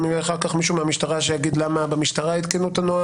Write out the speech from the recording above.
וגם אחר כך שיהיה מישהו מהמשטרה למה במשטרה עדכנו את הנוהל